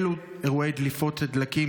2. אילו אירועי דליפות דלקים,